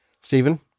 Stephen